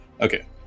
Okay